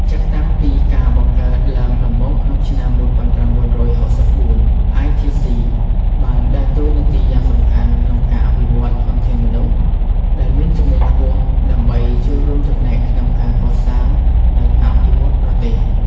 ចាប់តាំងពីការបង្កើតឡើងដំបូងក្នុងឆ្នាំ ១៩៦៤ ITC បានដើរតួនាទីយ៉ាងសំខាន់ក្នុងការអភិវឌ្ឍធនធានមនុស្សដែលមានជំនាញខ្ពស់ ដើម្បីចូលរួមចំណែកក្នុងការកសាង និងអភិវឌ្ឍប្រទេស។